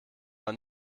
war